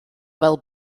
fel